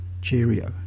Cheerio